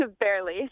Barely